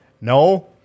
no